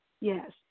Yes